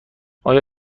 آیا